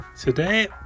today